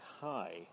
high